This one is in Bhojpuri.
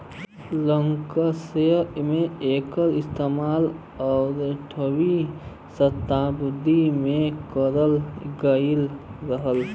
लंकासायर में एकर इस्तेमाल अठारहवीं सताब्दी में करल गयल रहल